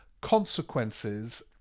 consequences